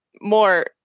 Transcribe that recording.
more